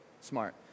smart